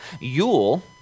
Yule